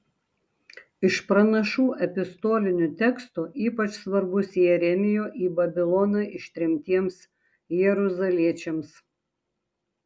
iš pranašų epistolinių tekstų ypač svarbus jeremijo į babiloną ištremtiems jeruzaliečiams